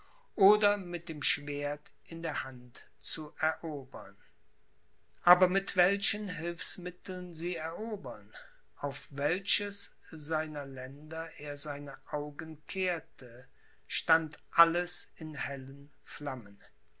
oder mit dem schwert in der hand zu erobern aber mit welchen hilfsmitteln sie erobern auf welches seiner länder er seine augen kehrte stand alles in hellen flammen